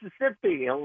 Mississippi